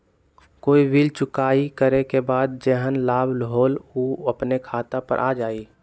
कोई बिल चुकाई करे के बाद जेहन लाभ होल उ अपने खाता पर आ जाई?